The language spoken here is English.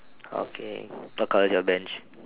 okay what colour is your bench